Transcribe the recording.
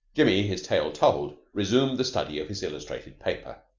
jimmy, his tale told, resumed the study of his illustrated paper.